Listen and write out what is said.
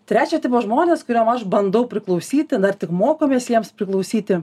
trečio tipo žmonės kuriem aš bandau priklausyti na ir tik mokomės jiems priklausyti